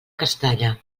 castalla